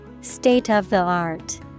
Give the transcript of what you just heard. State-of-the-art